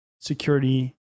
security